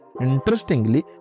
Interestingly